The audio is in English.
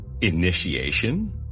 initiation